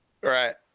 right